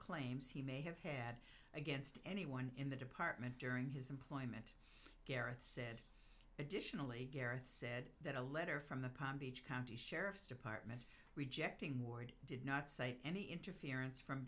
claims he may have had against anyone in the department during his employment garrett said additionally garrett said that a letter from the palm beach county sheriff's department rejecting ward did not say any interference from